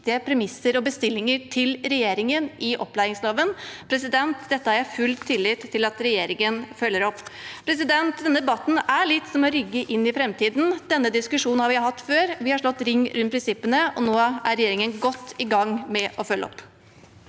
viktige premisser og bestillinger til regjeringen da vi behandlet opplæringsloven. Dette har jeg full tillit til at regjeringen følger opp. Denne debatten er litt som å rygge inn i fremtiden. Denne diskusjonen har vi hatt før. Vi har slått ring rundt prinsippene, og nå er regjeringen godt i gang med å følge opp.